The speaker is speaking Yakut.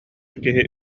киһи